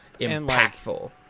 impactful